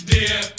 Dear